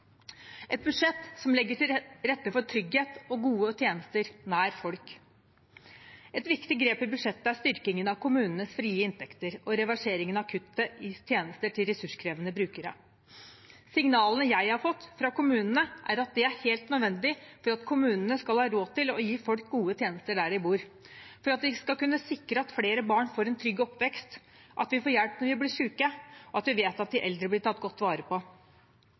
et budsjett som legger til rette for trygghet og gode tjenester nær folk. Et viktig grep i budsjettet er styrkingen av kommunenes frie inntekter og reverseringen av kuttet i tjenester til ressurskrevende brukere. Signalene jeg har fått fra kommunene, er at det er helt nødvendig for at kommunene skal ha råd til å gi folk gode tjenester der de bor, for at de skal kunne sikre at flere barn får en trygg oppvekst, at vi får hjelp når vi blir syke, og at vi vet at de eldre blir tatt godt vare på.